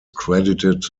credited